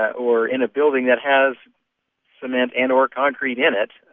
ah or in a building that has cement and or concrete in it.